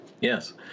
yes